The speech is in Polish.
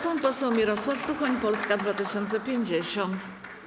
Pan poseł Mirosław Suchoń, Polska 2050.